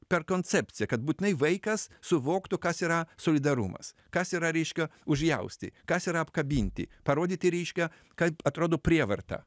per koncepciją kad būtinai vaikas suvoktų kas yra solidarumas kas yra reiškia užjausti kas yra apkabinti parodyti reiškia kaip atrodo prievarta